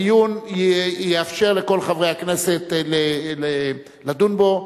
הדיון יאפשר לכל חברי הכנסת לדון בו.